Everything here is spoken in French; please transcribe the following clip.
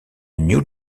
new